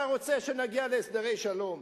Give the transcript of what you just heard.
אתה רוצה שנגיע להסדרי שלום,